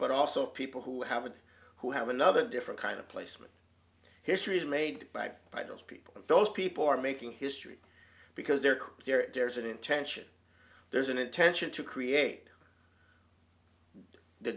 but also people who haven't who have another different kind of placement histories made by by those people those people are making history because they're clear there's an intention there's an intention to create the